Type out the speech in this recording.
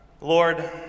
Lord